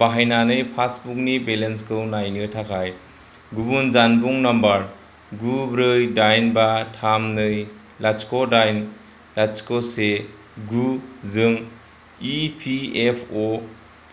बाहायनानै पासबुकनि बेलेन्सखौ नायनो थाखाय गुबुन जानबुं नाम्बार गु ब्रै दाइन बा थाम नै लाथिख' दाइन लाथिख' जों इ पि एफ अ